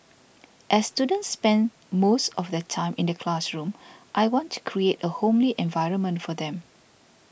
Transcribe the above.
as students spend most of their time in the classroom I want to create a homely environment for them